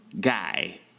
guy